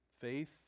Faith